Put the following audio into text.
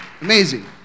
amazing